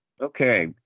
Okay